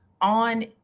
on